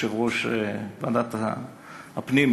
יושבת-ראש ועדת הפנים,